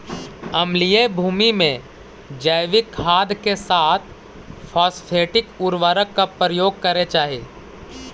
अम्लीय भूमि में जैविक खाद के साथ फॉस्फेटिक उर्वरक का प्रयोग करे चाही